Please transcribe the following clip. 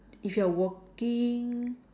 if you are walking